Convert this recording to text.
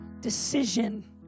decision